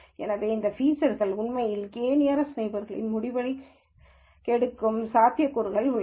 எனவே இந்த ஃபீச்சர்களின் உண்மையில் k நியரஸ்ட் நெய்பர்ஸ்களில் முடிவுகளை கெடுக்கும் சாத்தியக்கூறுகள் உள்ளன